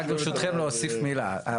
רק ברשותכם להוסיף מילה.